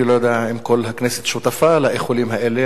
אני לא יודע אם כל הכנסת שותפה לאיחולים האלה,